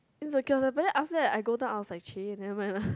insecure sia but then after that I go down I was !cheh! nevermind lah